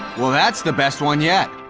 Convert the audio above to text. well, that's the best one yet.